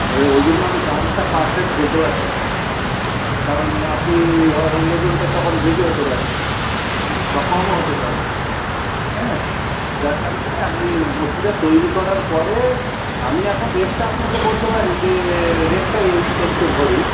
এবার ঐজন্য আমি দামটা পারফেক্ট বলতে পারছি না কারণ আপনি হয় ওজনটা তখন বেশি হতে পারে বা কমও হতে পারে হ্যাঁ যার কারণে আপনি মূর্তিটা তৈরী করার পরে আমি এখন রেটটা আপনাকে বলতে পারি যে রেটটা এই চলছে ভরি